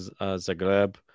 Zagreb